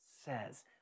says